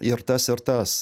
ir tas ir tas